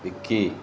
Vicky